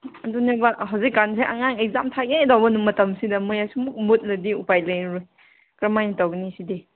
ꯑꯗꯨꯅꯦꯕ ꯍꯧꯖꯤꯛ ꯀꯥꯟꯁꯦ ꯑꯉꯥꯡ ꯑꯦꯛꯖꯥꯝ ꯊꯥꯒꯦ ꯇꯧꯕ ꯃꯇꯝꯁꯤꯗ ꯃꯩ ꯑꯁꯨꯃꯨꯛ ꯃꯨꯠꯂꯗꯤ ꯎꯄꯥꯏ ꯂꯩꯔꯣꯏ ꯀꯔꯝ ꯍꯥꯏꯅ ꯇꯧꯒꯅꯤ ꯁꯤꯗꯤ